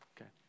okay